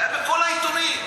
היה בכל העיתונים,